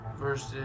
versus